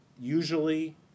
usually